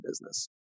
business